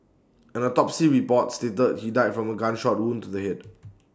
an autopsy report stated he died from A gunshot wound to the Head